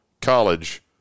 college